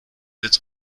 its